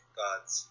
gods